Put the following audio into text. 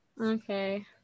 Okay